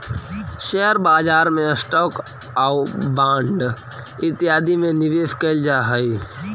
share बाजार में stock आउ बांड इत्यादि में निवेश कैल जा हई